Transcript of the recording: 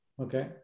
Okay